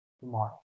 tomorrow